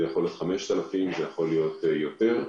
זה יכול להיות 5,000 וזה יכול להיות גם יותר.